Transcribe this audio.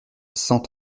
cent